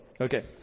okay